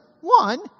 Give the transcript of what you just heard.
one